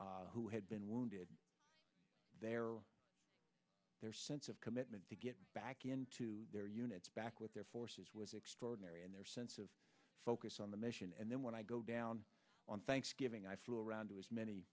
sailors who had been wounded there their sense of commitment to get back into their units back with their forces was extraordinary and their sense of focus on the mission and then when i go down on thanksgiving i flew around to as many